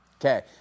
Okay